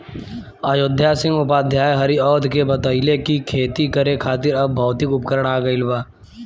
अयोध्या सिंह उपाध्याय हरिऔध के बतइले कि खेती करे खातिर अब भौतिक उपकरण आ गइल बा